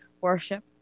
worship